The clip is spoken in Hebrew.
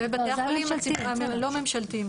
וגם בתי החולים הלא ממשלתיים.